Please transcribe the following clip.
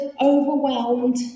overwhelmed